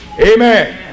Amen